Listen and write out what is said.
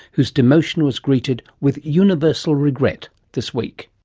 whose demotion was greeted with universal regret this week.